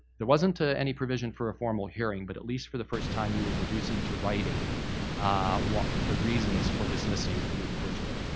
there wasn't any provision for a formal hearing but at least for the first time you were reducing to writing what the reasons for dismissing an individual.